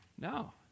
No